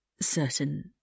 certain